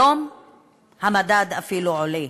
היום המדד אפילו עולה,